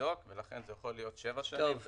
ניזוק ולכן זה יכול להיות שבע שנים ומעלה.